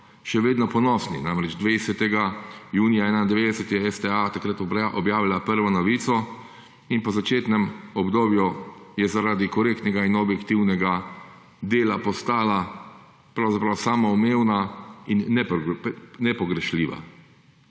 še vedno ponosni. Namreč 20. junija 1991 je STA takrat objavila prvo novico in po začetnem obdobju je zaradi korektnega in objektivnega dela postala pravzaprav samoumevna in nepogrešljiva.